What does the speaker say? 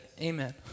Amen